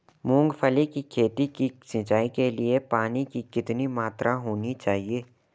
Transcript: मूंगफली की खेती की सिंचाई के लिए पानी की कितनी मात्रा होनी चाहिए?